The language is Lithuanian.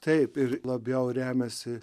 taip ir labiau remiasi